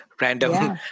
random